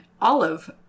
olive